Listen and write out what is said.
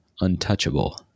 untouchable